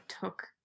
took